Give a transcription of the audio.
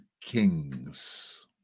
kings